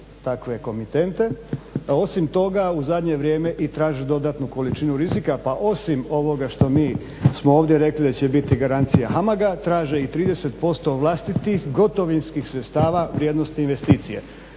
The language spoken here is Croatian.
takve komitente. Osim toga, u zadnje vrijeme i traže dodatnu količinu rizika pa osim ovoga što mi smo ovdje rekli da će biti garancija HAMAG-a, traže i 30% vlastitih gotovinskih vrijednosti investicije